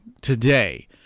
today